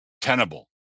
tenable